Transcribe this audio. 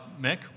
Mick